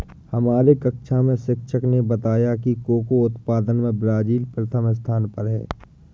हमारे कक्षा में शिक्षक ने बताया कि कोको उत्पादन में ब्राजील प्रथम स्थान पर है